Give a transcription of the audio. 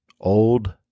old